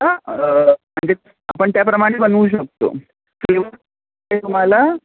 हा आपण त्याप्रमाणे बनवू शकतो सर्व तुम्हाला